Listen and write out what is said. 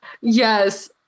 yes